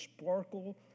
sparkle